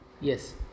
Yes